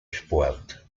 sport